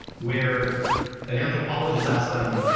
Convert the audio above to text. where an anthropologist asked them,